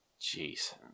Jeez